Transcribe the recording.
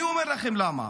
אני אומר לכם למה,